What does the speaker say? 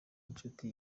nshuti